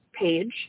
page